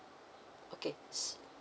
okay